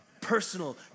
personal